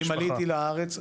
ואם עליתי לארץ,